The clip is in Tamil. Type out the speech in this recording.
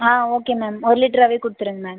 ஆ ஓகே மேம் ஒரு லிட்டராவே கொடுத்துருங்க மேம்